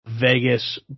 Vegas